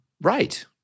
Right